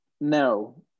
No